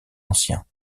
anciens